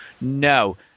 No